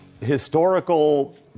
historical